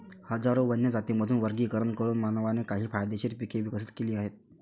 हजारो वन्य जातींमधून वर्गीकरण करून मानवाने काही फायदेशीर पिके विकसित केली आहेत